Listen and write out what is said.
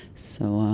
so umm,